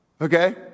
okay